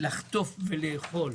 אני אומר לכם, זה מס מטורלל לחלוטין.